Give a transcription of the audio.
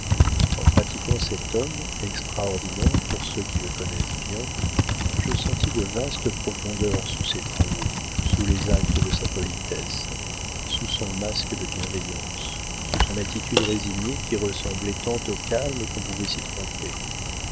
en pratiquant cet homme extraordinaire pour ceux qui le connaissent bien je sentis de vastes profondeurs sous ses travaux sous les actes de sa politesse sous son masque de bienveillance sous son attitude résignée qui ressemblait tant au calme qu'on pouvait s'y tromper